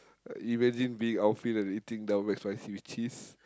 imagine being outfield and eating Double McSpicy with cheese